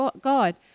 God